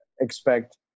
expect